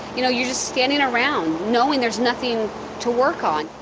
you know you're just standing around, knowing there's nothing to work on.